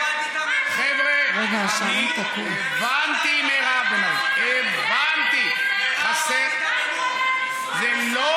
חבר'ה, אני הבנתי, מירב, הבנתי, מירב, אל תיתממי.